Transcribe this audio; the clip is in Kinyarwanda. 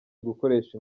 gukoresha